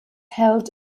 held